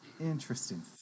Interesting